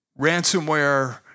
ransomware